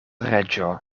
reĝo